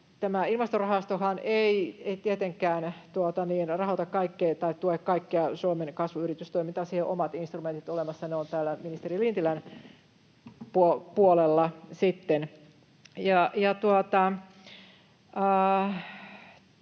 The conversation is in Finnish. tämä Ilmastorahastohan ei tietenkään rahoita tai tue kaikkea Suomen kasvuyritystoimintaa. Siihen on omat instrumentit olemassa. Ne ovat ministeri Lintilän puolella